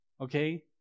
okay